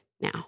now